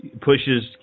pushes